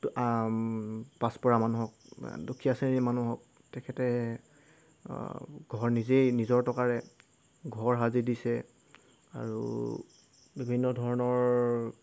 তো পাছপৰা মানুহক দুখীয়া শ্ৰেণীৰ মানুহক তেখেতে ঘৰ নিজেই নিজৰ টকাৰে ঘৰ সাজি দিছে আৰু বিভিন্ন ধৰণৰ